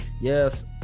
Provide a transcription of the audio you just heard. Yes